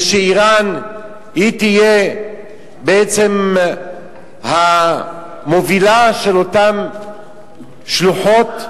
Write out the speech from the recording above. ושאירן תהיה בעצם המובילה של אותן שלוחות?